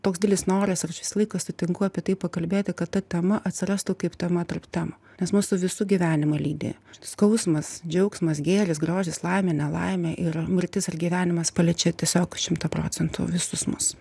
toks didelis noras aš visą laiką sutinku apie tai pakalbėti kad ta tema atsirastų kaip tema tarp temų nes mūsų visų gyvenimą lydi skausmas džiaugsmas gėris grožis laimė nelaimė ir mirtis ir gyvenimas paliečia tiesiog šimtą procentų visus mus